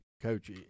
coach